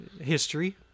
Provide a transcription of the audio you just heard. history